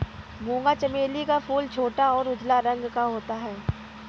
मूंगा चमेली का फूल छोटा और उजला रंग का होता है